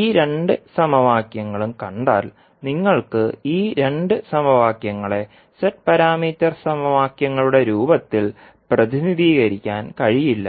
ഈ രണ്ട് സമവാക്യങ്ങളും കണ്ടാൽ നിങ്ങൾക്ക് ഈ രണ്ട് സമവാക്യങ്ങളെ z പാരാമീറ്റർ സമവാക്യങ്ങളുടെ രൂപത്തിൽ പ്രതിനിധീകരിക്കാൻ കഴിയില്ല